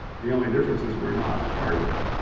the only difference is, we're not part of it.